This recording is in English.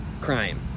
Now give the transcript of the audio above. crime